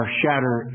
shatter